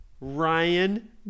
Ryan